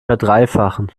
verdreifachen